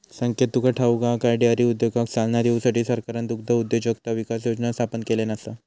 संकेत तुका ठाऊक हा काय, डेअरी उद्योगाक चालना देऊसाठी सरकारना दुग्धउद्योजकता विकास योजना स्थापन केल्यान आसा